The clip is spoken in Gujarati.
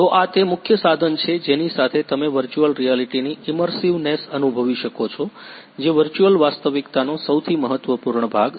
તો આ તે મુખ્ય સાધન છે જેની સાથે તમે વર્ચુઅલ રિયાલિટીની ઇમર્સિવનેસ અનુભવી શકો છો જે વર્ચુઅલ વાસ્તવિકતાનો સૌથી મહત્વપૂર્ણ ભાગ છે